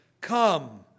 Come